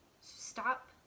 Stop